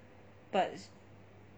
but